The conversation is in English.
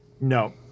No